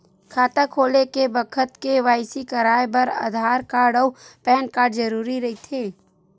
खाता खोले के बखत के.वाइ.सी कराये बर आधार कार्ड अउ पैन कार्ड जरुरी रहिथे